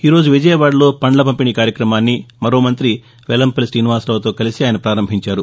ఈరోజు విజయవాడలో పండ్ల పంపిణీ కార్యక్రమాన్ని మరో మంత్రి వెల్లంపల్లి తీనివాసరావుతో కలిసి ఆయన పారంభించారు